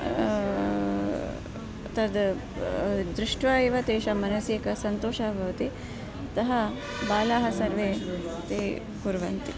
तत् दृष्ट्वा एव तेषां मनसि एकः सन्तोषः भवति अतः बालाः सर्वे ते कुर्वन्ति